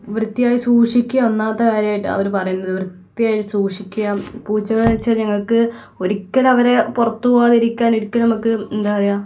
വൃത്തിയായി സൂക്ഷിക്കുക ഒന്നാമത്തെ കാര്യമായിട്ട് അവർ പറയുന്നത് വൃത്തിയായി സൂക്ഷിക്കുക പൂച്ചകളെ വെച്ച് ഞങ്ങൾക്ക് ഒരിക്കലും അവരെ പുറത്ത് പോവാതിരിക്കാൻ ഒരിക്കലും നമുക്ക് എന്താണ് പറയുക